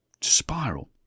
spiral